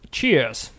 Cheers